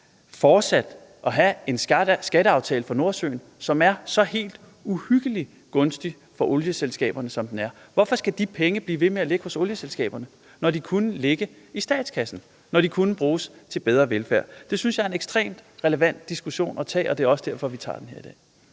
fortsat at have en skatteaftale på Nordsøen, som er så helt uhyggelig gunstig for olieselskaberne, som den er? Hvorfor skal de penge blive ved med at ligge hos olieselskaberne, når de kunne ligge i statskassen, når de kunne bruges til bedre velfærd? Det synes jeg er en ekstremt relevant diskussion at tage, og det er også derfor, at vi tager den i dag.